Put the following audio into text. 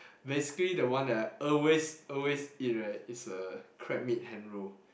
basically the one that I always always eat right is a crab meat hand roll